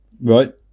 right